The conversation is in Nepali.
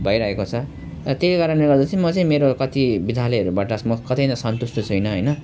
भइरहेको छ र त्यही कारणले गर्दा चाहिँ म चाहिँ मेरो कति विद्यालयहरूबाट म कतै नै सन्तुष्ट छैन होइन